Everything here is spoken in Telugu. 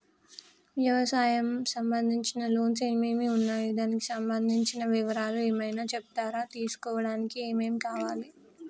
వ్యవసాయం సంబంధించిన లోన్స్ ఏమేమి ఉన్నాయి దానికి సంబంధించిన వివరాలు ఏమైనా చెప్తారా తీసుకోవడానికి ఏమేం కావాలి?